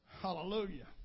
Hallelujah